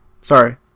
Sorry